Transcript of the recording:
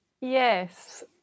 Yes